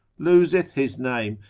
loseth his name,